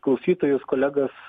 klausytojus kolegas